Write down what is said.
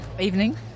Evening